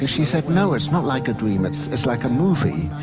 ah she said, no, it's not like a dream, it's it's like a movie.